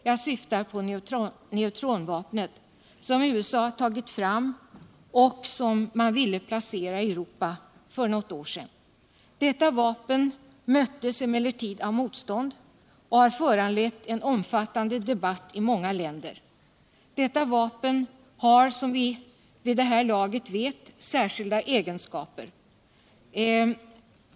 Jag syftar på neutronbomben, som USA tagit fram och som man ville placera I Europa för något år sedan, Detta vapen möttes emellertid av motstånd och har föranlett en omfattande debatt i mänga länder. Vapnet har, som vi vid der här laget vet, särskilda egenskaper.